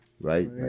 right